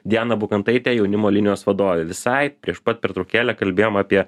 diana bukantaitė jaunimo linijos vadovė visai prieš pat pertraukėlę kalbėjom apie